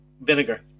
vinegar